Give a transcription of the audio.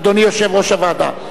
אדוני יושב-ראש הוועדה.